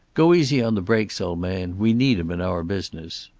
go easy on the brakes, old man. we need em in our business.